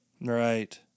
Right